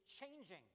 changing